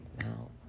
now